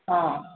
ହଁ